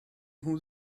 nhw